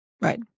Right